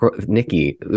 Nikki